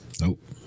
Nope